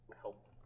help